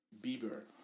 Bieber